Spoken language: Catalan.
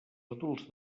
adults